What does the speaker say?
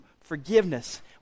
forgiveness